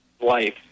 life